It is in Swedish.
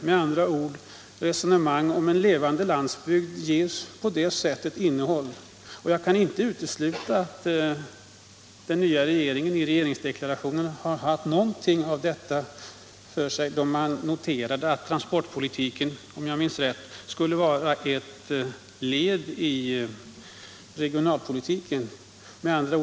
Med andra ord: resonemang om en levande landsbygd ges på det sättet innehåll. Jag tror att den nya regeringen har haft detta klart för sig då man i regeringsdeklarationen noterade att transportpolitiken, om jag minns rätt, skulle vara ett led i regionalpolitiken.